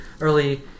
early